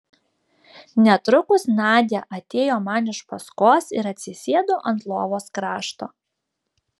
netrukus nadia atėjo man iš paskos ir atsisėdo ant lovos krašto